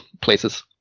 places